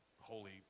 holy